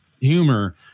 humor